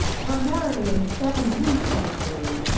primarily in the seventeenth century.